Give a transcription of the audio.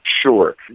Sure